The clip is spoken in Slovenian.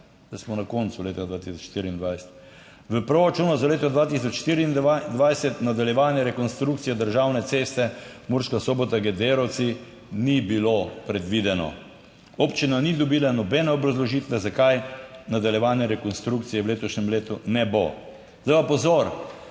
zdaj smo na koncu leta dva 2024. V proračunu za leto 2024 nadaljevanje rekonstrukcije državne ceste Murska Sobota-Gederovci ni bilo predvideno. Občina ni dobila nobene obrazložitve zakaj nadaljevanje rekonstrukcije v letošnjem letu ne bo. Zdaj pa pozor